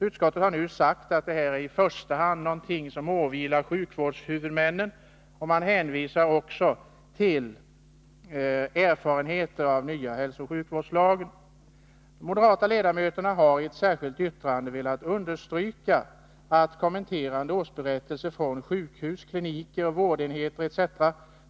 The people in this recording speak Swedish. Utskottet har nu sagt att det här i första hand åvilar sjukvårdshuvudmännen och hänvisar också till erfarenheter av den nya hälsooch sjukvårdslagen. et De moderata ledamöterna har i ett särskilt yttrande velat understryka att kommenterande årsberättelser från sjukhus, kliniker, vårdenheter etc.